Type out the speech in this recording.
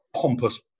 pompous